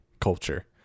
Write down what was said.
culture